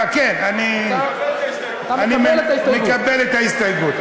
אה, כן, אני, מקבל את ההסתייגות.